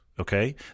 okay